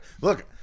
Look